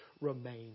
remain